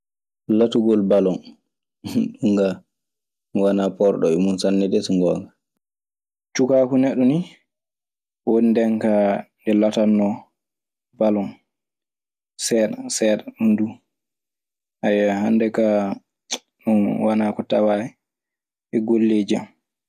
Latugol balon ɗun kaa mi wanaa poorɗo e mun sanne dee so ngoonga. cukaaku neɗɗo nii woni ndenkaa nde neɗɗo latannoo balon ɗum duu, seeɗan seeɗan. hannde kaa ɗum wanaa ko tawaa e golleeji am.